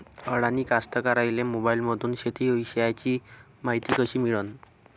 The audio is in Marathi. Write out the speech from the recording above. अडानी कास्तकाराइले मोबाईलमंदून शेती इषयीची मायती कशी मिळन?